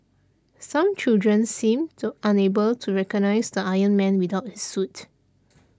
some children seemed unable to recognise the Iron Man without his suit